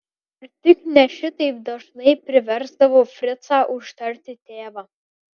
ar tik ne šitaip dažnai priversdavau fricą užtarti tėvą